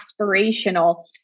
aspirational